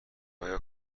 آیا